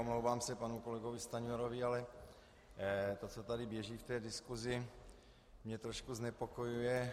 Omlouvám se panu kolegovi Stanjurovi, ale to, co tady běží v té diskusi, mě trošku znepokojuje.